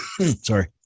sorry